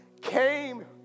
came